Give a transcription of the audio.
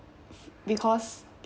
because